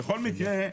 בכל מקרה,